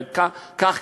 וכך,